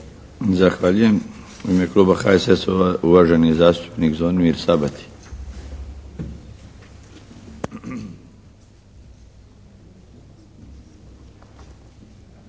Zahvaljujem. U ime Kluba HSS-a uvaženi zastupnik Zvonimir Sabati.